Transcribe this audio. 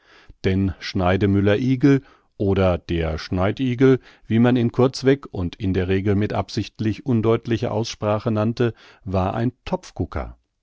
denn schneidemüller igel oder der schneidigel wie man ihn kurzweg und in der regel mit absichtlich undeutlicher aussprache nannte war ein